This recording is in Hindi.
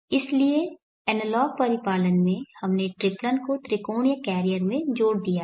इसलिए एनालॉग परिपालन में हमने ट्रिप्लन को त्रिकोणीय कैरियर में जोड़ दिया है